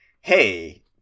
hey